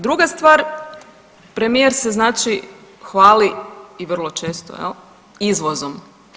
Druga stvar, premijer se znači hvali i vrlo često jel izvozom.